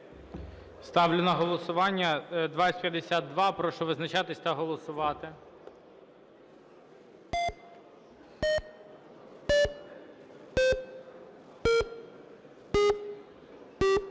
Ставлю на голосування 2054. Прошу визначатись та голосувати.